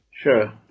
Sure